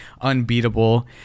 unbeatable